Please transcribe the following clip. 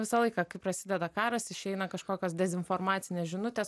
visą laiką kai prasideda karas išeina kažkokios dezinformacinės žinutės